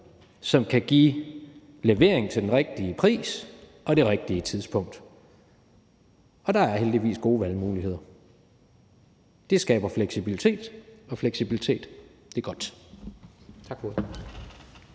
som kan yde levering til den rigtige pris og på det rigtige tidspunkt. Og der er heldigvis gode valgmuligheder. Det skaber fleksibilitet, og fleksibilitet er godt. Tak for ordet.